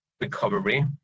recovery